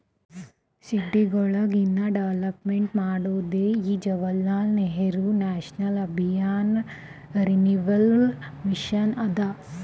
ಸಿಟಿಗೊಳಿಗ ಇನ್ನಾ ಡೆವಲಪ್ಮೆಂಟ್ ಮಾಡೋದೇ ಈ Jawaharlal Nehru National Urban Renewal Mission ಅದಾ